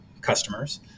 customers